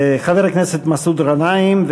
חבר הכנסת מסעוד גנאים,